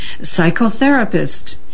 psychotherapist